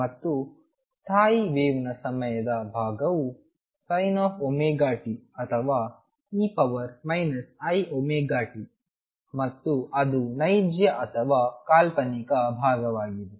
ಮತ್ತು ಸ್ಥಾಯಿ ವೇವ್ ನ ಸಮಯದ ಭಾಗವು sin ωt ಅಥವಾ e iωt ಮತ್ತು ಅದು ನೈಜ ಅಥವಾ ಕಾಲ್ಪನಿಕ ಭಾಗವಾಗಿದೆ